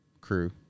crew